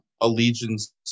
allegiance